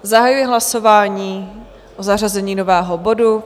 Zahajuji hlasování o zařazení nového bodu.